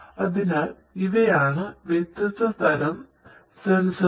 അതിനാൽ ഇവയാണ് വ്യത്യസ്ത തരം സെൻസറുകൾ